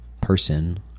person